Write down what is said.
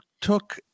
took